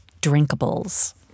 drinkables